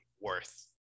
worth